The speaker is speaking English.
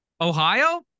Ohio